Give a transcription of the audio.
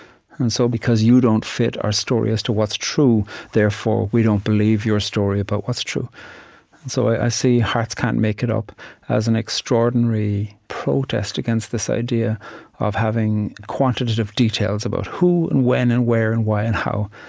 and so, because you don't fit our story as to what's true, therefore we don't believe your story about what's true. and so, i see hearts can't make it up as an extraordinary protest against this idea of having quantitative details about who and when and where and why and how.